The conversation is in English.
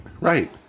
Right